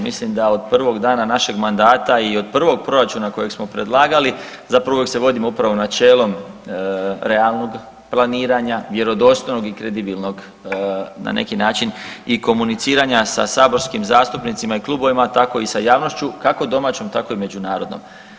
Mislim da od prvog dana našeg mandata i od prvog proračuna kojeg smo predlagali, zapravo uvijek se vodimo upravo načelom realnog planiranja, vjerodostojnog i kredibilnog na neki način i komuniciranja sa saborskim zastupnicima i klubovima, tako i sa javnošću kako domaćom tako i međunarodnom.